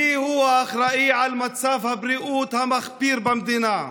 מיהו האחראי למצב הבריאות המחפיר במדינה?